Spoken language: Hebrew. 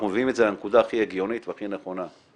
מביאים את זה לנקודה הכי הגיונית והכי נכונה.